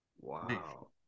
Wow